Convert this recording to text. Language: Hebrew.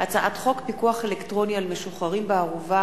הצעת חוק פיקוח אלקטרוני על משוחררים בערובה